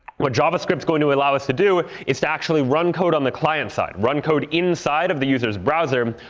what javascript's going to allow us to do is to actually run code on the client side, run code inside of the user's browser,